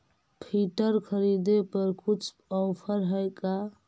Filter खरिदे पर कुछ औफर है का?